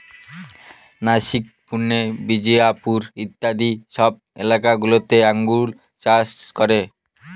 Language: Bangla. নাসিক, পুনে, বিজাপুর ইত্যাদি সব এলাকা গুলোতে আঙ্গুর চাষ করে